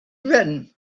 written